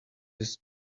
his